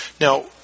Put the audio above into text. Now